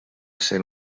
sent